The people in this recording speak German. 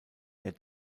der